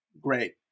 great